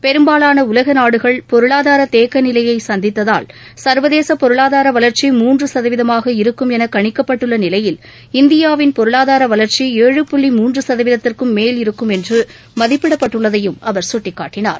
பெரும்பாலான உலக நாடுகள் பொருளாதார தேக்கநிலையை சந்தித்ததால் சா்வதேச பொருளாதார வளர்ச்சி மூன்று சதவீதமாக இருக்கும் என கணிக்கப்பட்டுள்ள நிலையில் இந்தியாவின் பொருளாதார வளர்ச்சி ஏழு புள்ளி முன்று சதவீதத்திற்கும் மேல் இருக்கும் என்று மதிப்பிடப்பட்டுள்ளதையும் அவர் சுட்டிக்காட்டினார்